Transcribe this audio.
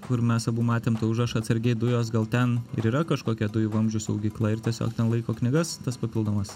kur mes abu matėm tą užrašą atsargiai dujos gal ten ir yra kažkokia dujų vamzdžių saugykla ir tiesiog ten laiko knygas tas papildomas